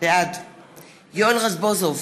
בעד יואל רזבוזוב,